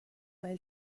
ولی